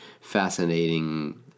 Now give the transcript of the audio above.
fascinating